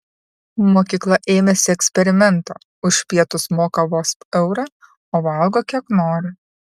mokykla ėmėsi eksperimento už pietus moka vos eurą o valgo kiek nori